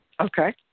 Okay